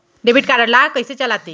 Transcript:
Debit card ला कइसे चलाते?